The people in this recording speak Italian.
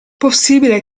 possibile